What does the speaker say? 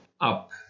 up